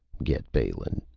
get balin.